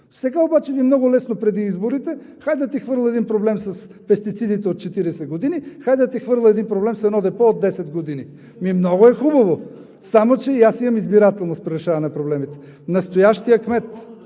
Сега обаче Ви е много лесно преди изборите – хайде да ти хвърля един проблем с пестицидите –от 40 години, хайде да ти хвърля един проблем с едно депо от 10 години. Много е хубаво. Само че и аз имам избирателност при решаване на проблемите. ИВАН